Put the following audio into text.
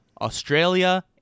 Australia